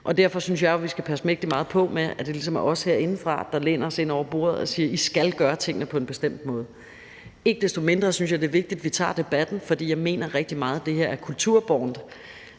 Derfor synes jeg jo, vi skal passe mægtig meget på med, at det ikke ligesom er os herindefra, der læner os ind over bordet og siger: I skal gøre tingene på en bestemt måde. Ikke desto mindre synes jeg, det er vigtigt, at vi tager debatten, for jeg mener, at rigtig meget af det her er kulturbårent.